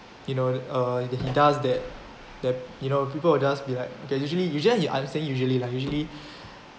you know uh that he does that that you know people will just be like okay usually usually okay i'm saying usually lah usually